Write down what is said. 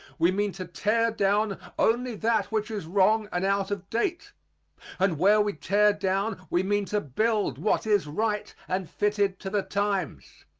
we mean to tear down only that which is wrong and out of date and where we tear down we mean to build what is right and fitted to the times.